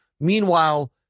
Meanwhile